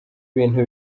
bintu